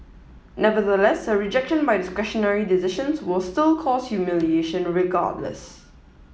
nevertheless a rejection by discretionary decisions will still cause humiliation regardless